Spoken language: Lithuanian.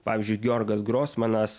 pavyzdžiui georgas grosmanas